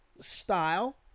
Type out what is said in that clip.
style